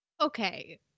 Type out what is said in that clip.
Okay